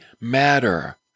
matter